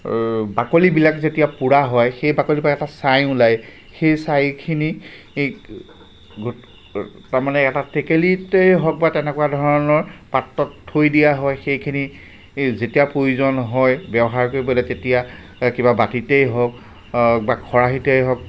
বাকলিবিলাক যেতিয়া পোৰা হয় সেই বাকলিৰ পৰা এটা চাই ওলাই সেই চাইখিনি গোট তাৰমানে এটা টেকেলিতেই হওক বা তেনেকুৱা ধৰণৰ পাত্ৰত থৈ দিয়া হয় সেইখিনি এই যেতিয়া প্ৰয়োজন হয় ব্যৱহাৰ কৰিবলৈ তেতিয়া কিবা বাটিতেই হওক বা খৰাহিতেই হওক